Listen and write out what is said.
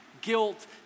guilt